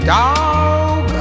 dog